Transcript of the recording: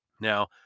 Now